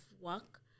work